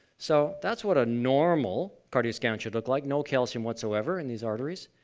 so that's what a normal cardiac scan should look like no calcium whatsoever in these arteries.